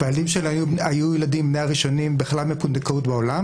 והילדים שלי היו בין הראשונים בכלל מפונדקאות בעולם